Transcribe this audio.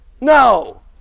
No